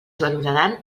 valoraran